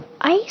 ice